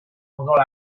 odol